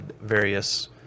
various